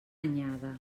anyada